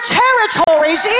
territories